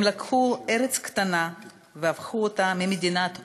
הם לקחו ארץ קטנה והפכו אותה ממדינת אוהלים,